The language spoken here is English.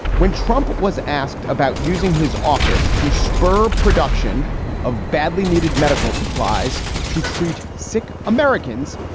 when trump was asked about using his office to spur production of badly needed medical supplies to treat sick americans.